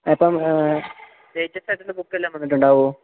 അപ്പം ലെയ്റ്റസ്റ്റായിട്ടുള്ള ബുക്കെല്ലാം വന്നിട്ടുണ്ടാകുമോ